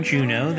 Juno